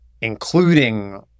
including